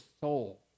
soul